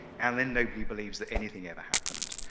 and then nobody believes that anything ever happened.